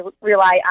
rely